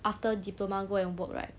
after diploma go and work right